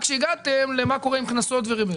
רק כשאתם מגיעים אל מה שקורה עם קנסות וריביות.